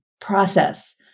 process